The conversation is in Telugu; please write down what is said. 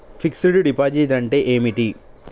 ఫిక్స్ డ్ డిపాజిట్ అంటే ఏమిటి?